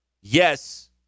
yes